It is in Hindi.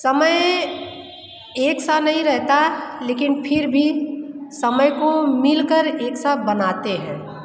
समय एक सा नहीं रहता है लेकिन फिर भी समय को मिल कर एक सा बनाते हैं